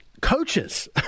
coaches